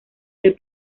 del